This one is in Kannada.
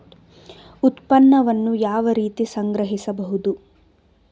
ಉತ್ಪನ್ನವನ್ನು ಯಾವ ರೀತಿ ಸಂಗ್ರಹಿಸಬಹುದು?